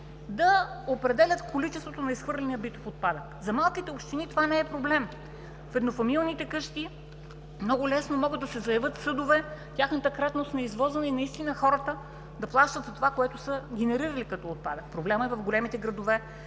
да определят количеството на изхвърления битов отпадък. За малките общини това не е проблем. В еднофамилните къщи много лесно могат да се заявят съдове, тяхната кратност на извозване и наистина хората да плащат за това, което са генерирали като отпадък. Проблемът е в големите градове,